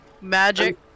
Magic